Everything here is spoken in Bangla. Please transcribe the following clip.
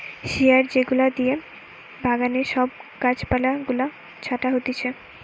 শিয়ার যেগুলা দিয়ে বাগানে সব গাছ পালা গুলা ছাটা হতিছে